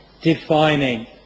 defining